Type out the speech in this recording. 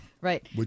right